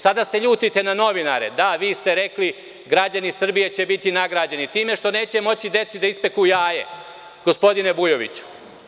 Sada se ljutite na novinare, da vi ste rekli – građani Srbije će biti nagrađeni; time što neće moći deci da ispeku jaje, gospodine Vujoviću.